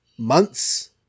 months